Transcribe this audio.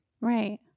Right